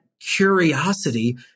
curiosity